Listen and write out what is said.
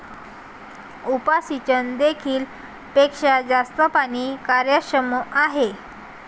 उपसिंचन देखील पेक्षा जास्त पाणी कार्यक्षम आहे